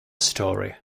story